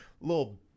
little